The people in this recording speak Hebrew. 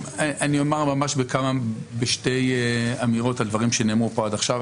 אני אומר ממש בשתי אמירות על דברים שנאמרו פה עד עכשיו,